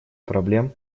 проблем